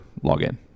login